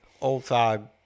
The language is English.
all-time